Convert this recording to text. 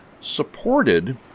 supported